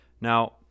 Now